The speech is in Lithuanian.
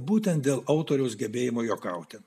būtent dėl autoriaus gebėjimo juokauti